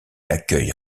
accueille